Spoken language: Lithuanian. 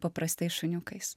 paprastais šuniukais